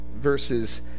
verses